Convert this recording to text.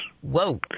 Whoa